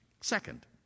Second